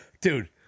Dude